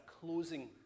closing